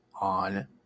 on